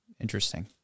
Interesting